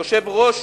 יושב-ראש